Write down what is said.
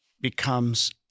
becomes